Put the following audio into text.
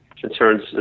concerns